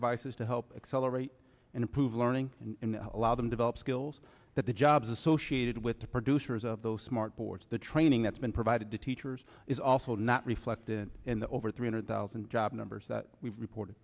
devices to help accelerate and improve learning in allow them develop skills that the jobs associated with the producers of those smart boards the training that's been provided to teachers is also not reflected in the over three hundred thousand job numbers that we've report